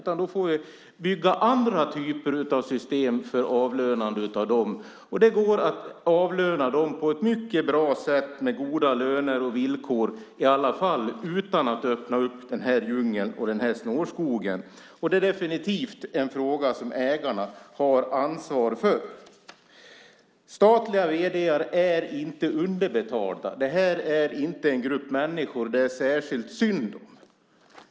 Vi får i så fall bygga andra typer av system för avlönande av dem. Det går att avlöna dem på ett mycket bra sätt med goda löner och villkor i alla fall, utan att öppna den här djungeln och den här snårskogen. Det är definitivt en fråga som ägarna har ansvar för. Statliga vd:ar är inte underbetalda. Det här är inte en grupp människor det är särskilt synd om.